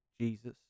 Jesus